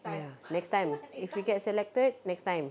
ya next time if we get selected next time